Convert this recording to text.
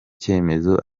cyemezo